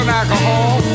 alcohol